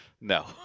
no